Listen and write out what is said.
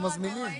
מי ינקה?